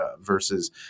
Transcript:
versus